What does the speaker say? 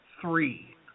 three